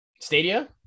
Stadia